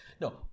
No